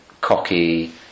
cocky